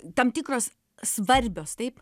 tam tikros svarbios taip